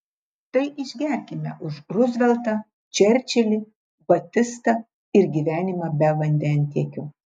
tai išgerkime už ruzveltą čerčilį batistą ir gyvenimą be vandentiekio